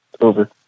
Over